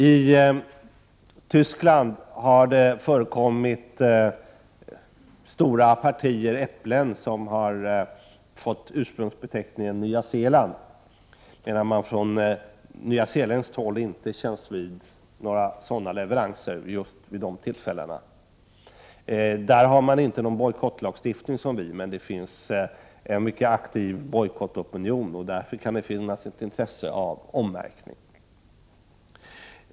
I Tyskland har förekommit stora partier äpplen som fått ursprungsbeteckningen Nya Zeeland, medan man från nyzeeländskt håll inte känns vid några sådana leveranser just vid de tillfällena. Där har man ingen bojkottlagstiftning som vi, men det finns en mycket aktiv opinion mot bojkott. Det kan därför finnas intresse för ommärkning.